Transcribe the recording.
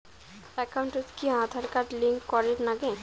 একাউন্টত কি Aadhaar card link করের নাগে?